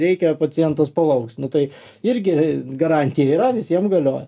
reikia pacientas palauks nu tai irgi garantija yra visiem galioja